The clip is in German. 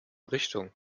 richtung